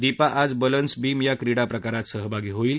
दीपा आज balance beam या क्रीडा प्रकारात सहभागी होणार आहे